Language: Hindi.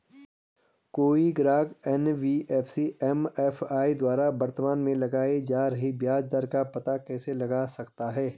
कोई ग्राहक एन.बी.एफ.सी एम.एफ.आई द्वारा वर्तमान में लगाए जा रहे ब्याज दर का पता कैसे लगा सकता है?